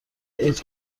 عید